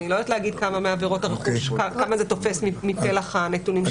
אני לא יודעת להגיד כמה עבירות הרכוש תופסות מפלח הנתונים.